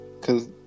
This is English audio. cause